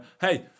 hey